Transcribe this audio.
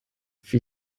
wie